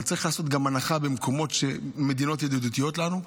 אבל צריך לעשות גם הנחה במקומות שיש מדינות ידידותיות לנו,